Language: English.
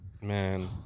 Man